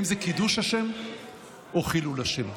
האם זה קידוש השם או חילול השם,